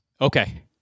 Okay